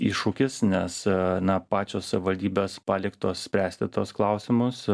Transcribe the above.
iššūkis nes na pačios savivaldybės paliktos spręsti tuos klausimus